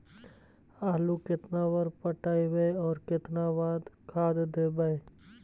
आलू केतना बार पटइबै और केतना बार खाद देबै?